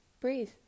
breathe